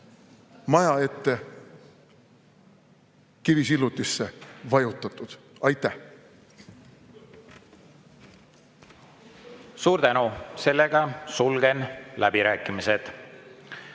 maja ette kivisillutisse vajutatud. Aitäh! Suur tänu! Sulgen läbirääkimised.